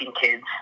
kids